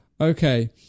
okay